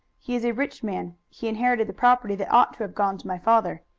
he is a rich man. he inherited the property that ought to have gone to my father.